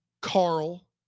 carl